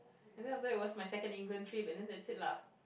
and then after that it was my second England trip and then that's it lah